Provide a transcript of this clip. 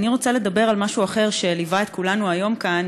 אני רוצה לדבר על משהו אחר שליווה את כולנו היום כאן,